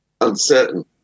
uncertain